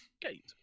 Gate